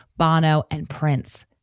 bono and prince,